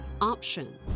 option